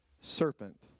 serpent